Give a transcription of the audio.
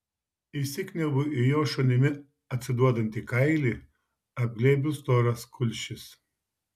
įsikniaubiu į jo šunimi atsiduodantį kailį apglėbiu storas kulšis